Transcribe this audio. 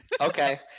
Okay